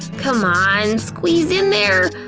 c'mon, squeeze in there!